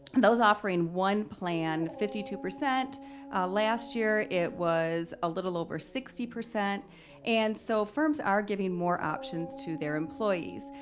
those offering one plan fifty two percent last year it was a little over sixty. and so firms are giving more options to their employees.